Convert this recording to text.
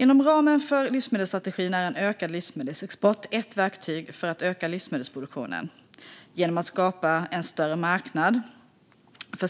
Inom ramen för livsmedelsstrategin är en ökad livsmedelsexport ett verktyg för att öka livsmedelsproduktionen. Genom att skapa en större marknad för